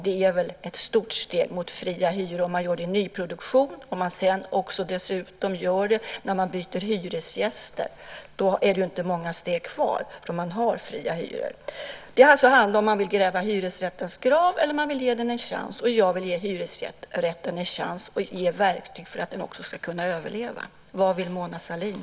Det är väl ett stort steg mot fria hyror om man inför detta i nyproduktion. Om man dessutom gör det när man byter hyresgäster är det inte många steg kvar förrän man har fria hyror. Vad det handlar om är alltså om man vill gräva hyresrättens grav eller om man vill ge den en chans. Och jag vill ge hyresrätten en chans och ge verktyg för att den också ska kunna överleva. Vad vill Mona Sahlin?